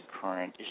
current